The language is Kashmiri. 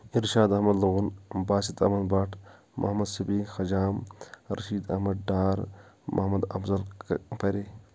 ارشاد احمد لون باسط احمد بٹ محمد صدیق حجام ارشید احمد ڈار محمد افضل پرے